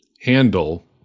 handle